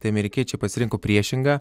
tai amerikiečiai pasirinko priešingą